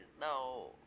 no